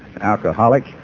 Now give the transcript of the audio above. alcoholic